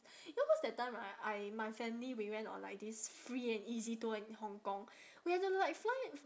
you know cause that time right I my family we went on like this free and easy tour in Hong-Kong we had to like fly